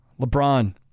LeBron